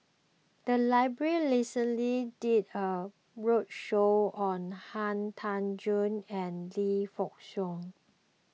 the library recently did a roadshow on Han Tan Juan and Lee Yock Suan